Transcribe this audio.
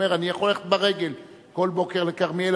הוא אומר: אני יכול ללכת ברגל כל בוקר לכרמיאל,